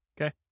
Okay